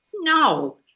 No